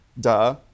duh